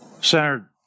Senator